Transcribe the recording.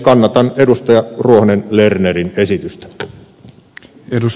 kannatan edustaja ruohonen lernerin esitystä